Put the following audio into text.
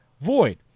void